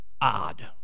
odd